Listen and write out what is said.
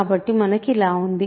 కాబట్టి మనకు ఇలా ఉంది